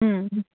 ହୁଁ